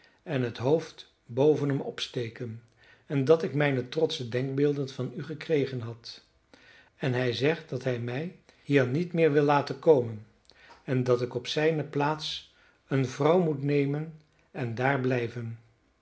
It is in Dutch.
en het hoofd boven hem opsteken en dat ik mijne trotsche denkbeelden van u gekregen had en hij zegt dat hij mij niet meer hier wil laten komen en dat ik op zijne plaats eene vrouw moet nemen en daar blijven